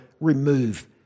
remove